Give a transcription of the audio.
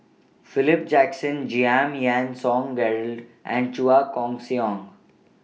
Philip Jackson Giam Yean Song Gerald and Chua Koon Siong